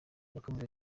yakomeje